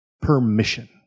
permission